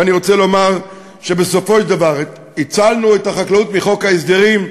ואני רוצה לומר שבסופו של דבר הצלנו את החקלאות מחוק ההסדרים,